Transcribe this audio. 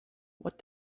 what